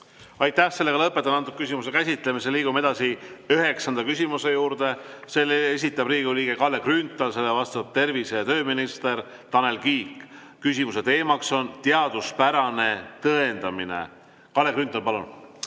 Aitäh! Lõpetan selle küsimuse käsitlemise. Liigume edasi üheksanda küsimuse juurde. Selle esitab Riigikogu liige Kalle Grünthal, sellele vastab tervise- ja tööminister Tanel Kiik. Küsimuse teema on teaduspärane tõendamine. Kalle Grünthal, palun!